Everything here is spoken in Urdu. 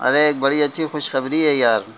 ارے ایک بڑی اچھی خوشخبری ہے یار